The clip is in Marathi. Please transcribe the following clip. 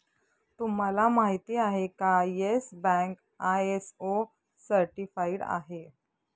तुम्हाला माहिती आहे का, येस बँक आय.एस.ओ सर्टिफाइड आहे